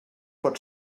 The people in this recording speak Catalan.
pot